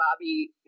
Bobby